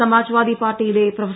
സമാജ്വാദി പാർട്ടിയിലെ പ്രൊഫ